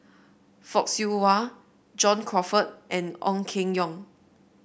Fock Siew Wah John Crawfurd and Ong Keng Yong